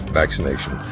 vaccination